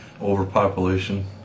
overpopulation